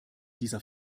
dieser